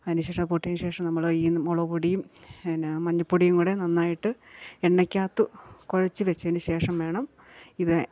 അതിന് ശേഷം പൊട്ടിയതിന് ശേഷം നമ്മൾ ഈ മുളക് പൊടിയും എന്നാൽ മല്ലിപ്പൊടിയും കൂടെ നന്നായിട്ട് എണ്ണക്കകത്തു കുഴച്ച് വെച്ചതിന് ശേഷം വേണം ഇത്